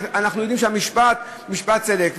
ואנחנו יודעים שהמשפט הוא משפט צדק.